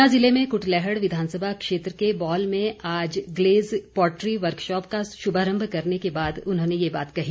ऊना जिले में कुटलैहड़ विधानसभा क्षेत्र के बौल में आज ग्लेस पॉट्री वर्कशॉप का शुभारम्भ करने के बाद उन्होंने ये बात कही